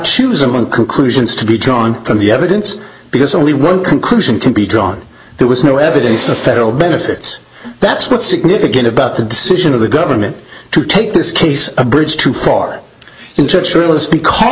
choose among conclusions to be done from the evidence because only one conclusion can be drawn there was no evidence of federal benefits that's what's significant about the decision of the government to take this case a bridge too far into a true list because